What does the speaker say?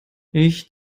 ich